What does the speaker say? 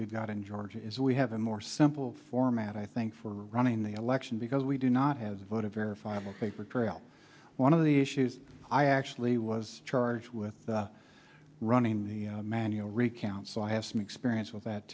we've got in georgia is we have a more simple format i think for running the election because we do not have voted verifiable well one of the issues i actually was charged with running the manual recount so i have some experience with that